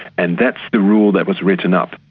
and that's the rule that was written up,